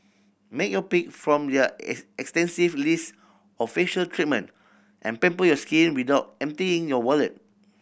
make your pick from their extensive list of facial treatment and pamper your skin without emptying your wallet